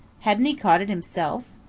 hadn't he caught it himself?